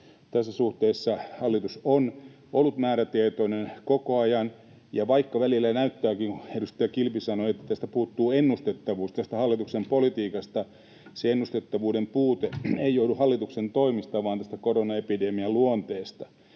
Tässä suhteessa hallitus on ollut määrätietoinen koko ajan, ja vaikka edustaja Kilpi sanoi, että hallituksen politiikasta puuttuu ennustettavuus, niin se ennustettavuuden puute ei johdu hallituksen toimista vaan tästä koronaepidemian luonteesta.